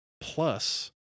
Plus